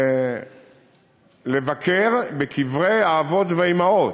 ולבקר בקברי האבות והאימהות,